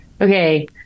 okay